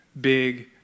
big